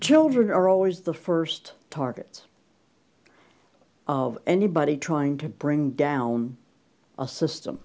children are always the first targets of anybody trying to bring down a system